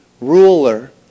ruler